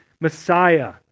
Messiah